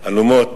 אלומות.